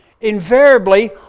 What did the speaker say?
Invariably